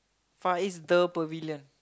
Far East the Pavilion